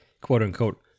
quote-unquote